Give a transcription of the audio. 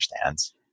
understands